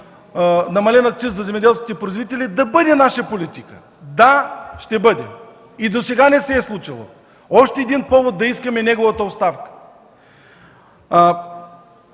намаленият акциз на земеделските производители да бъде наша политика? –Да, ще бъде! И досега не се е случило – още един повод да искаме неговата оставка.